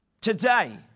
today